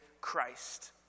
Christ